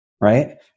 right